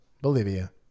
Bolivia